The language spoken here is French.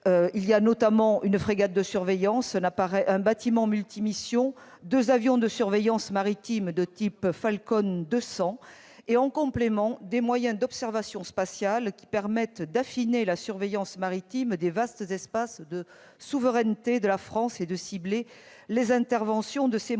notamment d'une frégate de surveillance, d'un bâtiment multimissions, de deux avions de surveillance maritime de type Falcon 200 et, en complément, de moyens d'observation spatiale permettant d'affiner la surveillance maritime des vastes espaces de souveraineté de la France et de cibler les interventions. Enfin,